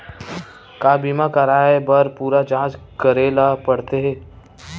का बीमा कराए बर पूरा जांच करेला पड़थे?